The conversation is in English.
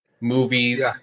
movies